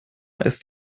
ist